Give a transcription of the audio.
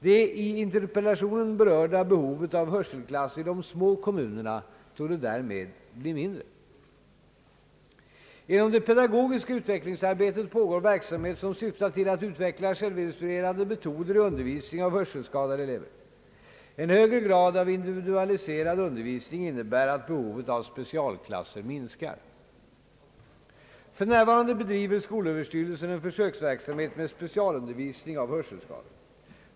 Det i interpellationen berörda behovet av hörselklasser i de små kommunerna torde därmed bli mindre. Inom det pedagogiska utvecklingsarbetet pågår verksamhet som syftar till att utveckla självinstruerande metoder i undervisningen av hörselskadade elever. En högre grad av individualise rad undervisning innebär att behovet av specialklasser minskar. För närvarande bedriver skolöverstyrelsen en försöksverksamhet med specialundervisning av hörselskadade.